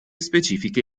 specifiche